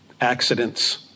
accidents